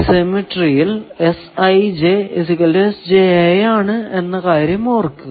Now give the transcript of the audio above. സിമെട്രിയിൽ ആണ് എന്ന കാര്യം ഓർമിക്കുക